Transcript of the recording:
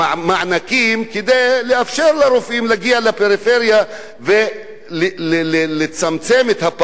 המענקים כדי לאפשר לרופאים להגיע לפריפריה ולצמצם את הפער הזה.